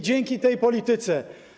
Dzięki tej polityce.